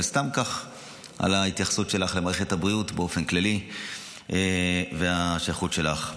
וסתם כך על ההתייחסות שלך למערכת הבריאות באופן כללי והשליחות שלך.